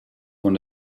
von